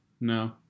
No